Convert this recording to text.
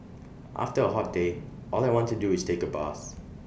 after A hot day all I want to do is take A bath